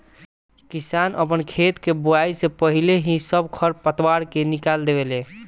किसान आपन खेत के बोआइ से पाहिले ही सब खर पतवार के निकलवा देवे ले